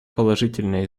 положительное